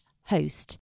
host